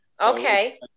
Okay